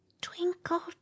Twinkle